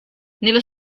nello